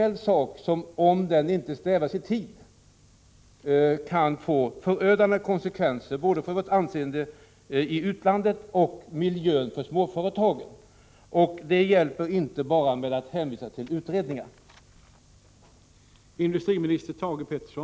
1985/86:60 inte stävjas i tid kan det få förödande konsekvenser både för vårt anseende i 16 januari 1986 utlandet och för småföretagens verksamhet. Det hjälper inte att bara hänvisa